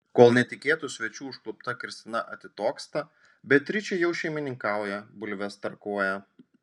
kol netikėtų svečių užklupta kristina atitoksta beatričė jau šeimininkauja bulves tarkuoja